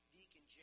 Deacon